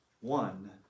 one